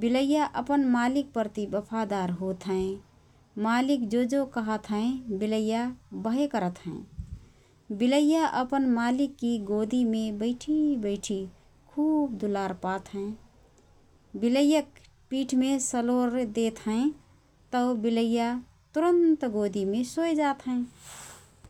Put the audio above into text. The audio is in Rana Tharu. बिलैया अपन मालिकप्रति बफादार होतहएँ । मालिक जो जो कहत हएँ बिलैया बहे करत हएँ । बिलैया अपन मालिककी गोदिमे बैठी बैठी खुब दुलार पातहएँ । बिलैयक पिठमे सलोर देत हएँ तओ बिलैया तुरन्त गोदिमे सोएजात हएँ।